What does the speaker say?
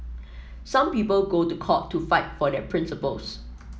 some people go to court to fight for their principles